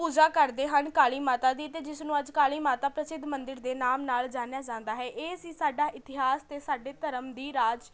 ਪੂਜਾ ਕਰਦੇ ਹਨ ਕਾਲੀ ਮਾਤਾ ਦੀ ਅਤੇ ਜਿਸ ਨੂੰ ਅੱਜ ਕਾਲੀ ਮਾਤਾ ਪ੍ਰਸਿੱਧ ਮੰਦਿਰ ਦੇ ਨਾਮ ਨਾਲ ਜਾਣਿਆ ਜਾਂਦਾ ਹੈ ਇਹ ਸੀ ਸਾਡਾ ਇਤਿਹਾਸ ਅਤੇ ਸਾਡੇ ਧਰਮ ਦੀ ਰਾਜ